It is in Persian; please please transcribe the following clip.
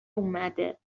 اومده